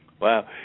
Wow